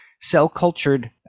Cell-cultured